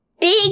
big